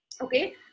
Okay